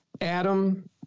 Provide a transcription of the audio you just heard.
Adam